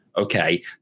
okay